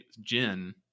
Jin